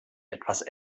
etwas